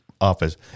office